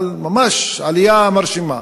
אבל ממש עלייה מרשימה.